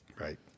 Right